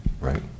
right